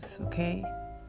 Okay